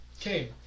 Okay